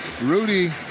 Rudy